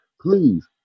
please